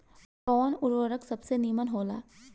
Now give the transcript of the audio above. कवन उर्वरक सबसे नीमन होला?